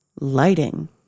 lighting